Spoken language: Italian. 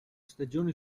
stagione